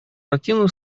противном